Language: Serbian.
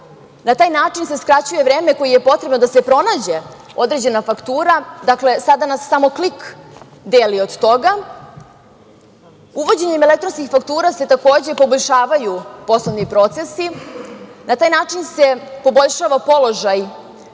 na taj način se skraćuje vreme koje je potrebno da se pronađe određena faktura, sada nas samo „klik“ deli od toga, uvođenjem elektronskih faktura se takođe poboljšavaju poslovni procesi, na taj način se poboljšava položaj